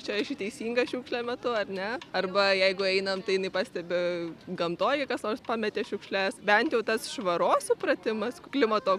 čia aš į teisingą šiukšlę metu ar ne arba jeigu einam tai jinai pastebi gamtoj kas nors pametė šiukšles bent jau tas švaros supratimas klimato